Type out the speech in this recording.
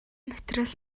материал